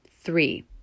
three